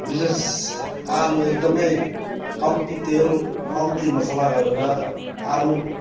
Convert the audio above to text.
विशेष आलु एकदमै कम्ती तेल कम्ती मसाला गरेर आलु